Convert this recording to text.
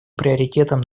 приоритетом